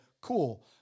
cool